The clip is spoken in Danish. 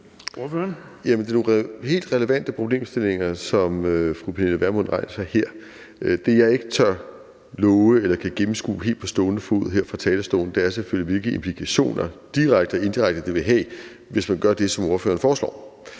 Det er nogle helt relevante problemstillinger, som fru Pernille Vermund rejser her. Det, jeg ikke tør love eller kan gennemskue helt på stående fod her fra talerstolen, er selvfølgelig, hvilke implikationer – direkte og indirekte – det vil have, hvis man gør det, som ordføreren foreslår,